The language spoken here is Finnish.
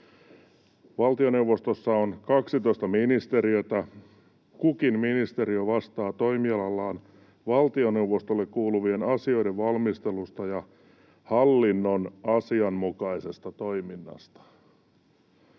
Valtioneuvostossa on 12 ministeriötä. Kukin ministeriö vastaa toimialallaan valtioneuvostolle kuuluvien asioiden valmistelusta ja hallinnon asianmukaisesta toiminnasta.”